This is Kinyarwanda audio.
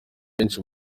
kenshi